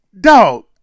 dog